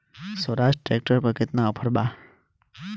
Swaraj tractor पर केतना offer बा?